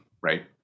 right